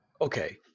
Okay